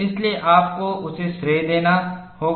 इसलिए आपको उसे श्रेय देना होगा